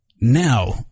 now